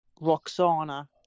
Roxana